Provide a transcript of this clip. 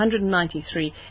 193